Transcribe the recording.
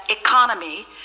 economy